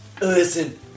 Listen